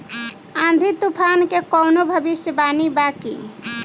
आँधी तूफान के कवनों भविष्य वानी बा की?